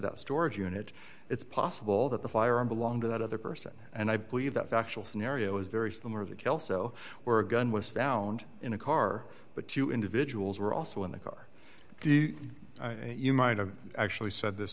that storage unit it's possible that the firearm belonged to that other person and i believe that factual scenario is very similar the kelso or a gun was found in a car but two individuals were also in the car you might have actually said this